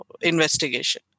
investigation